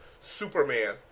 Superman